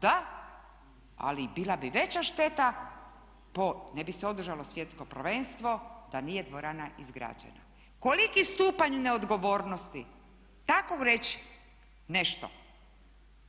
Da, ali bila bi veća šteta ne bi se održalo Svjetsko prvenstvo da nije dvorana izgrađena." Koliki stupanj neodgovornosti tako reći nešto,